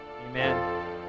Amen